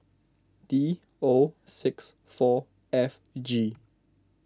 D O six four F G